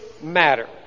matter